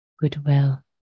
goodwill